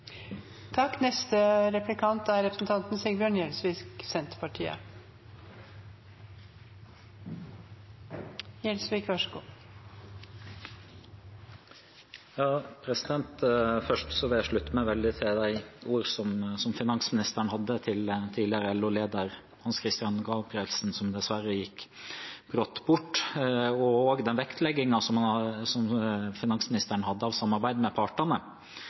Først vil jeg slutte meg til de ordene som finansministeren hadde til den tidligere LO-lederen Hans-Christian Gabrielsen, som dessverre gikk brått bort, og også den vektleggingen som finansministeren hadde av samarbeid med